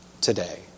today